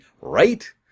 right